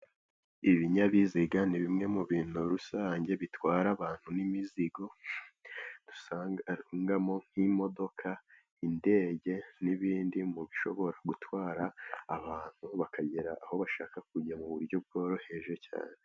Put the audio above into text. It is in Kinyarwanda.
Ibinyabiziga ni bimwe mu bintu rusange bitwara abantu n'imizigo ,dusangamo nk'imodoka ,indege ,n'ibindi mu bishobora gutwara abantu bakagera aho bashaka kujya mu buryo bworoheje cyane.